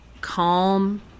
calm